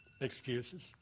excuses